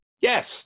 Yes